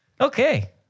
Okay